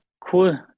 cool